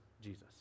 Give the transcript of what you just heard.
Jesus